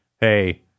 hey